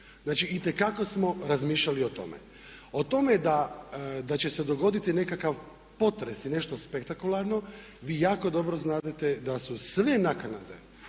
znači, itekako smo razmišljali o tome. O tome da će se dogoditi nekakav potres i nešto spektakularno vi jako dobro znadete da su sve naknade